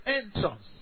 entrance